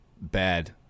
bad